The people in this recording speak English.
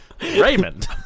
raymond